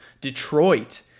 Detroit